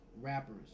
rappers